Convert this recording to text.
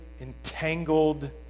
entangled